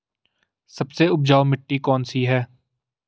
सबसे उपजाऊ मिट्टी कौन सी है?